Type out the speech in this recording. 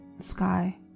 Sky